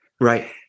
Right